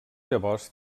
llavors